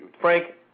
Frank